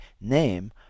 name